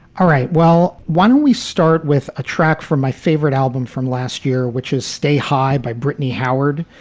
all right. well, why don't we start with a track from my favorite album from last year, which is stay high by brittany howard.